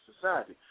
society